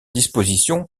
disposition